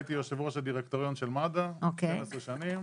הייתי יושב ראש הדירקטוריון של מד"א 12 שנים.